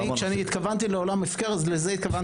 כשאני אמרתי עולם הפקר, לזה התכוונתי.